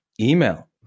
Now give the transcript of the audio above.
email